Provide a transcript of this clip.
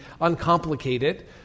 uncomplicated